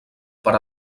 per